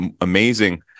amazing